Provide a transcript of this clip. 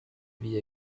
wie